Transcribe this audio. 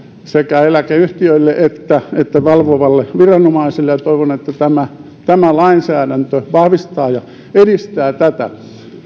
sekä eläkeyhtiöille että että valvovalle viranomaiselle ja toivon että tämä tämä lainsäädäntö vahvistaa ja edistää tätä